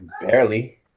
Barely